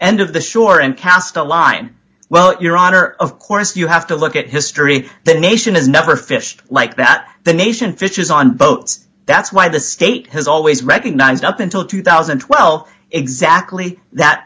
end of the shore and cast a line well your honor of course you have to look at history the nation is never fish like that the nation fishes on boats that's why the state has always recognized up until two thousand and twelve exactly that